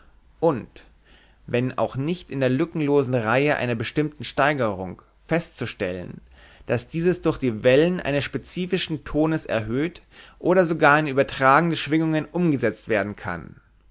und wenn auch nicht in der lückenlosen reihe einer bestimmten steigerung festzustellen daß dieses durch die wellen eines spezifischen tones erhöht und sogar in übertragende schwingungen umgesetzt werden kann